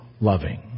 Loving